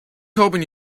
hoping